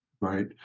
right